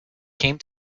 came